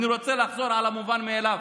אני רוצה לחזור על המובן מאליו: